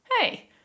Hey